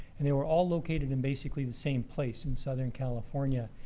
and they were all located in basically the same place in southern california.